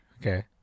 okay